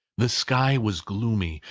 the sky was gloomy,